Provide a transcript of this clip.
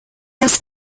das